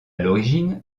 l’origine